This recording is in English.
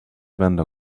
vendor